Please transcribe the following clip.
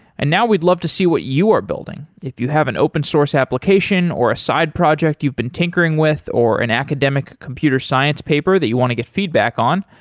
and now we'd love to see what you are building, if you have an open-source application or a side project you've been tinkering with, or an academic computer science paper that you want to get feedback on,